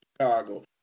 Chicago